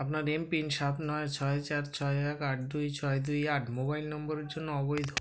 আপনার M PIN সাত নয় ছয় চার ছয় এক আট দুই ছয় দুই আট মোবাইল নম্বরের জন্য অবৈধ